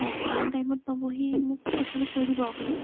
অঁ কিমান টাইমত পাবহি মোক কথাটো কৈ দিব আপুনি